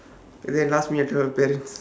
and then last minute I tell my parents